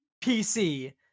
PC